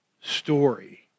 story